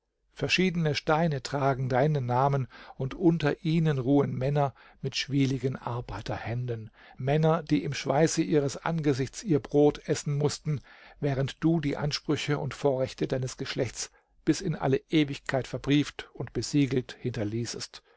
verschiedene steine tragen deinen namen und unter ihnen ruhen männer mit schwieligen arbeiterhänden männer die im schweiße ihres angesichts ihr brot essen mußten während du die ansprüche und vorrechte deines geschlechts bis in alle ewigkeit verbrieft und besiegelt hinterließest